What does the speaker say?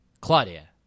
Claudia